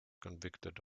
convicted